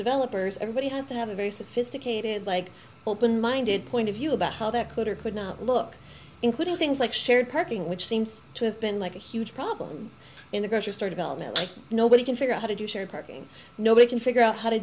developers everybody has to have a very sophisticated like minded point of view about how that could or could not look including things like shared parking which seems to have been like a huge problem in the grocery store development like nobody can figure out how to do shared parking nobody can figure out how to